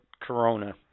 Corona